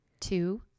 Two